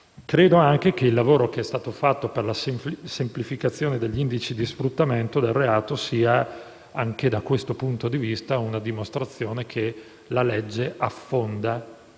Credo che il lavoro fatto per la semplificazione degli indici di sfruttamento del reato sia, anche da questo punto di vista, una dimostrazione che la legge affonda